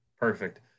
Perfect